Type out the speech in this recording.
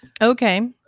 Okay